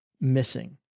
missing